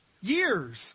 years